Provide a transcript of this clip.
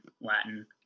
Latin